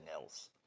else